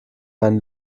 einen